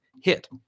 hit